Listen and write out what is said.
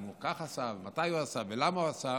אם הוא עשה כך ומתי הוא עשה ולמה הוא עשה,